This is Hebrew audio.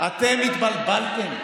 אתם התבלבלתם.